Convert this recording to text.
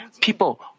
people